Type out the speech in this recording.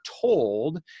told